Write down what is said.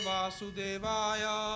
Vasudevaya